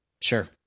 Sure